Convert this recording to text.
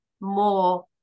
more